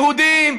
יהודים,